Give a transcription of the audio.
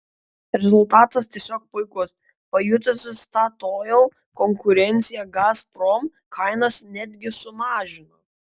rezultatas tiesiog puikus pajutusi statoil konkurenciją gazprom kainas netgi sumažino